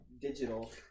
digital